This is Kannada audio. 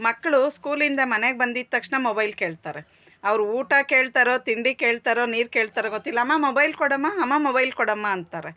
ಮಕ್ಕಳು ಸ್ಕೂಲಿಂದ ಮನೆಗೆ ಬಂದಿದ ತಕ್ಷ್ಣ ಮೊಬೈಲ್ ಕೇಳ್ತಾರೆ ಅವರು ಊಟ ಕೇಳ್ತಾರೋ ತಿಂಡಿ ಕೇಳ್ತಾರೋ ನೀರು ಕೇಳ್ತಾರೋ ಗೊತ್ತಿಲ್ಲ ಅಮ್ಮ ಮೊಬೈಲ್ ಕೊಡಮ್ಮ ಅಮ್ಮ ಮೊಬೈಲ್ ಕೊಡಮ್ಮ ಅಂತಾರೆ